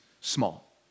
small